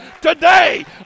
today